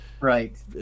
Right